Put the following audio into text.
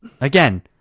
again